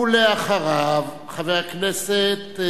ואחריו, חבר הכנסת,